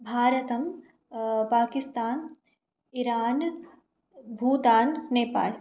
भारतं पाकिस्तान् इरान् भूतान् नेपाल्